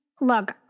Look